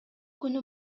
күнү